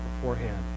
beforehand